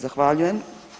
Zahvaljujem.